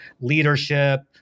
leadership